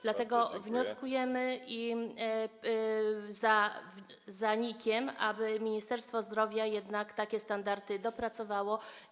Dlatego wnioskujemy za NIK-iem, aby Ministerstwo Zdrowia jednak takie standardy dopracowało.